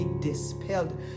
dispelled